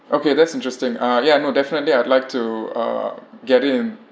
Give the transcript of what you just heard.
okay that's interesting uh ya no definitely I'd like to uh get it in